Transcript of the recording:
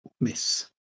miss